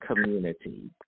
community